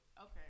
Okay